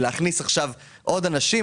להכניס עכשיו עוד אנשים,